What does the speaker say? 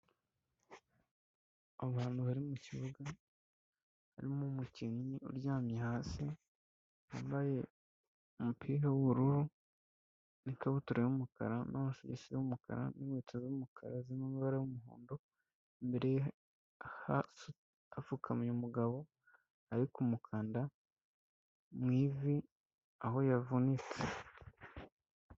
Abantu bari mu kibuga, harimo umukinnyi uryamye hasi wambaye umupira w'ubururu n'ikabutura y'umukara n'amasogisi y'umukara n'inkweto z'umukara zirimo amabara y'umuhondo, imbere ye hapfukamye umugabo ari kumukanda mu ivi aho yavunitse.